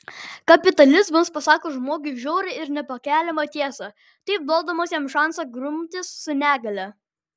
kapitalizmas pasako žmogui žiaurią ir nepakeliamą tiesą taip duodamas jam šansą grumtis su negalia